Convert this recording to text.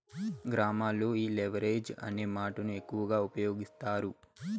గ్రామాల్లో ఈ లెవరేజ్ అనే మాటను ఎక్కువ ఉపయోగిస్తారు